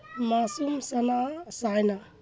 محسم ثنا سائنا